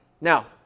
Now